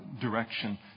direction